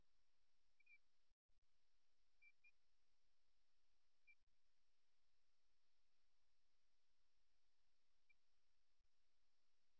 எனவே இது பொதுவாக ஒரு முறையான மற்றும் கவனம் செலுத்தும் நிலையாக கருதப்படுகிறது எந்தவொரு தொழில்முறை சூழ்நிலையிலும் எங்கள் தொடர்புகளைத் தொடங்க சிறந்த ஒன்று